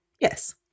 Yes